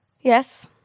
Yes